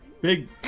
Big